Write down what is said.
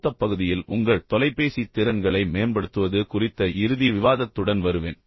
அடுத்த பகுதியில் உங்கள் தொலைபேசி திறன்களை மேம்படுத்துவது குறித்த இறுதி விவாதத்துடன் வருவேன்